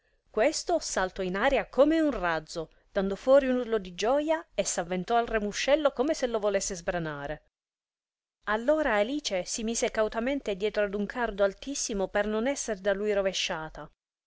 questo saltò in aria come un razzo dando fuori un urlo di gioja e s'avventò al ramuscello come se lo volesse sbranare allora alice si mise cautamente dietro ad un cardo altissimo per non esser da lui rovesciata